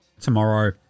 tomorrow